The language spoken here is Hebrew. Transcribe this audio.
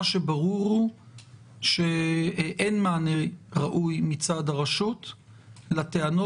מה שברור הוא שאין מענה ראוי מצד הרשות לטענות,